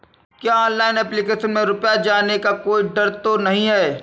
क्या online application में रुपया जाने का कोई डर तो नही है?